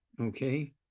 Okay